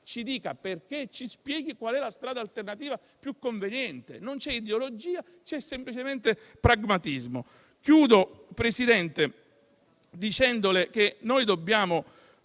ci dica il perché e ci spieghi qual è la strada alternativa più conveniente. Non c'è ideologia; c'è semplicemente pragmatismo. Signor Presidente, concludo dicendole che dobbiamo